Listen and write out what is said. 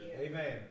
Amen